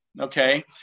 Okay